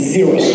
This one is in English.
Zero